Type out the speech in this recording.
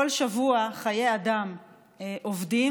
כל שבוע חיי אדם אובדים,